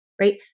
right